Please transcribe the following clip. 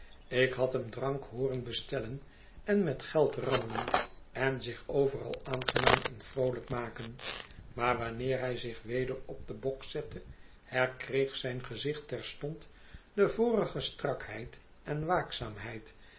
ik had hem drank hooren bestellen en met geld rammelen en zich overal aangenaam en vroolijk maken maar wanneer hij zich weder op den bok zette herkreeg zijn gezicht terstond de vorige strakheid en waakzaamheid